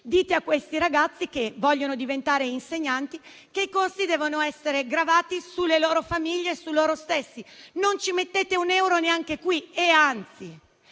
Dite a questi ragazzi che vogliono diventare insegnanti che i costi devono gravare sulle loro famiglie e su di loro. Non mettete un euro neanche qui e, anzi,